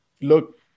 look